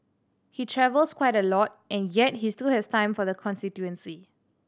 he travels quite a lot and yet he still has time for the constituency